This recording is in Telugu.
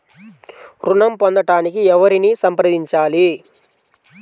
ఋణం పొందటానికి ఎవరిని సంప్రదించాలి?